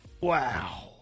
Wow